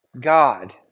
God